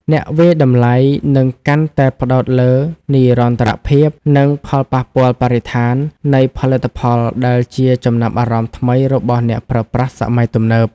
អ្នកវាយតម្លៃនឹងកាន់តែផ្តោតលើ "និរន្តរភាព" និង "ផលប៉ះពាល់បរិស្ថាន" នៃផលិតផល ដែលជាចំណាប់អារម្មណ៍ថ្មីរបស់អ្នកប្រើប្រាស់សម័យទំនើប។